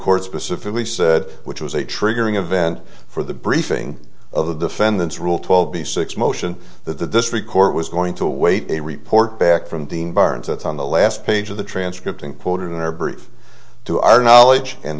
record specifically said which was a triggering event for the briefing of the defendants rule twelve b six motion that the district court was going to await a report back from dean burns that's on the last page of the transcript and put it in our brief to our knowledge and